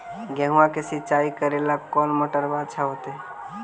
गेहुआ के सिंचाई करेला कौन मोटरबा अच्छा होतई?